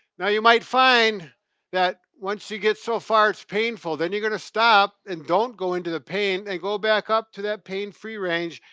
now you might find that once you get so far it's painful. then you're gonna stop and don't go into the pain and go back up to that pain free range.